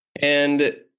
And-